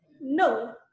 No